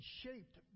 shaped